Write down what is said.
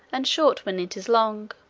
and short, when it is long.